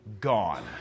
gone